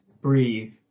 breathe